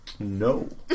No